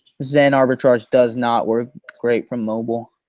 zen arbitrage does not work great from mobile.